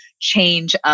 change